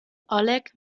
oleg